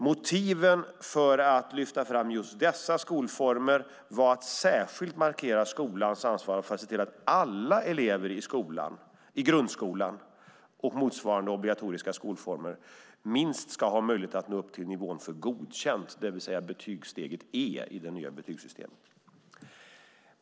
Motiven för att lyfta fram just dessa skolformer var att särskilt markera skolans ansvar att se till att alla elever i grundskolan och motsvarande obligatoriska skolformer ska ha möjlighet att nå upp till minst nivån för Godkänd, det vill säga betygssteget E i det nya betygssystemet.